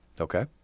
Okay